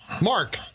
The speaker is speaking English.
Mark